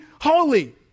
holy